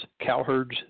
cowherds